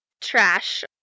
trash